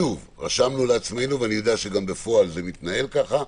רשמנו לעצמנו ואני יודע שגם בפועל זה מתנהל כך,